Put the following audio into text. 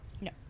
no